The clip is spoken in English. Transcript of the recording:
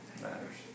Matters